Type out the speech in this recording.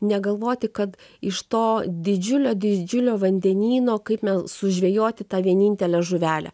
negalvoti kad iš to didžiulio didžiulio vandenyno kaip sužvejoti tą vienintelę žuvelę